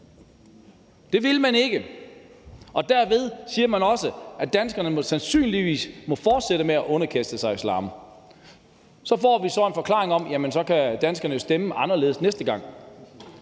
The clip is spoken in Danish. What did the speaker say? Det vil man ikke, og derved siger man også, at danskerne sandsynligvis må fortsætte med at underkaste sig islam. Så får vi så en forklaring om, at danskerne så kan stemme anderledes næste gang.